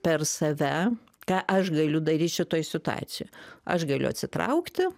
per save ką aš galiu daryt šitoj situacijoj aš galiu atsitraukti